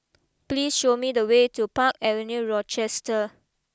please show me the way to Park Avenue Rochester